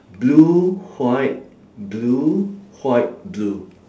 blue white blue white blue